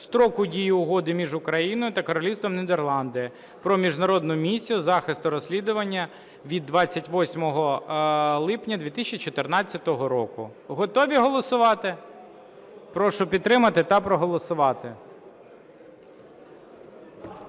строку дії Угоди між Україною та Королівством Нідерланди про Міжнародну місію захисту розслідування від 28 липня 2014 року. Готові голосувати? Прошу підтримати та проголосувати.